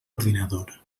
ordinador